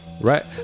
Right